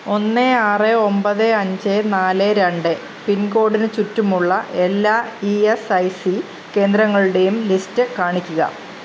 ഒന്ന് ആറ് ഒമ്പത് അഞ്ച് നാല് രണ്ട് പിൻകോഡിന് ചുറ്റുമുള്ള എല്ലാ ഇ എസ് ഐ സി കേന്ദ്രങ്ങളുടെയും ലിസ്റ്റ് കാണിക്കുക